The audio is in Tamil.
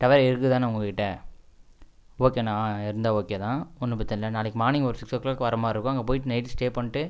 டவேரா இருக்குது தான உங்ககிட்ட ஓகேண்ணா இருந்தால் ஓகே தான் ஒன்றும் பிரச்சின இல்லை நாளைக்கு மார்னிங் ஒரு சிக்ஸ் ஓ க்ளாக் வர மாதிரி இருக்கும் அங்கே போயிட்டு நைட்டு ஸ்டே பண்ணிட்டு